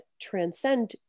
transcend